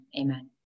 amen